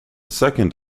second